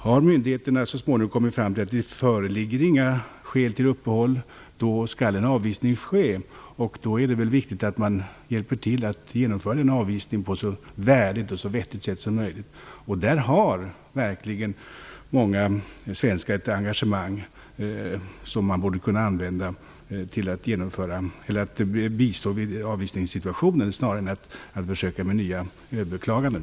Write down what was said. Har myndigheterna så småningom kommit fram till att det inte föreligger några skäl till uppehåll, skall en avvisning ske, och då är det väl viktigt att man hjälper till med att genomföra den avvisningen på ett så värdigt och vettigt sätt som möjligt. Där har verkligen många svenskar ett engagemang som man borde kunna använda till att bistå i avvisningssituationen snarare än till nya försök till överklaganden.